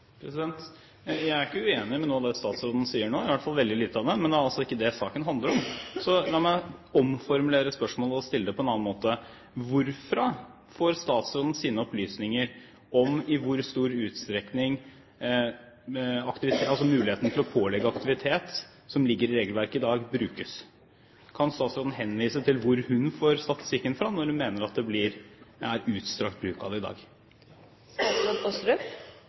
Jeg er ikke uenig i noe av det statsråden sier nå – i hvert fall veldig lite av det. Men det er altså ikke det saken handler om. La meg omformulere spørsmålet og stille det på en annen måte: Hvorfra får statsråden sine opplysninger om i hvor stor utstrekning muligheten for å pålegge aktivitet som ligger i regelverket i dag, brukes? Kan statsråden henvise til hvor hun får statistikken fra, når hun mener at det er utstrakt bruk av det i dag?